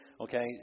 okay